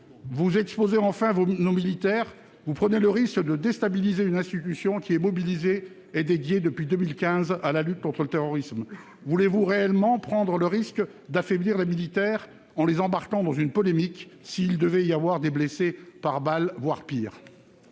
En exposant nos militaires, vous prenez le risque de déstabiliser une institution qui est mobilisée- et y est dédiée -depuis 2015 dans la lutte contre le terrorisme. Voulez-vous réellement prendre le risque d'affaiblir les militaires en les embarquant dans une polémique s'il devait y avoir des blessés par balles, voire pire ?